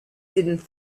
didn’t